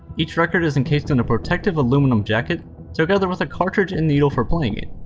each record is encased in a protective aluminum jacket together with a cartridge and needle for playing it.